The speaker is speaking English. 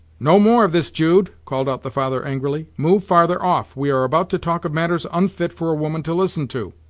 no more of this, jude, called out the father angrily. move farther off we are about to talk of matters unfit for a woman to listen to.